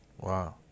Wow